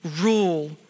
rule